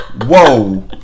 whoa